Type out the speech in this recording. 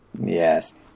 Yes